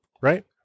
right